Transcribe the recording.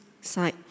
side